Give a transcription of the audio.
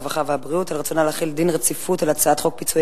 הרווחה והבריאות על רצונה להחיל דין רציפות על הצעת חוק פיצויי